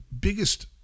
biggest